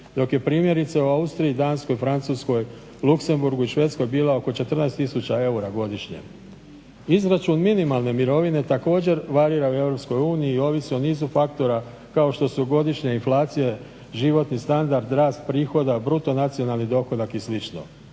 dok je primjerice u Austriji, Danskoj, Francuskoj, Luxemburgu i Švedskoj bila oko 14 000 eura godišnje. Izračun minimalne mirovine također varira u Europskoj uniji i ovisi o nizu faktora kao što su godišnje inflacije, životni standard, rast prihoda, bruto nacionalni dohodak i